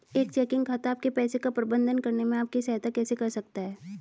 एक चेकिंग खाता आपके पैसे का प्रबंधन करने में आपकी सहायता कैसे कर सकता है?